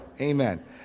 Amen